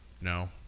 No